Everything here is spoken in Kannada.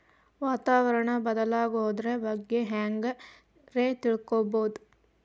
ವಾತಾವರಣ ಬದಲಾಗೊದ್ರ ಬಗ್ಗೆ ಹ್ಯಾಂಗ್ ರೇ ತಿಳ್ಕೊಳೋದು?